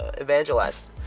evangelized